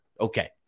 Okay